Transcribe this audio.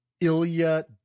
Ilya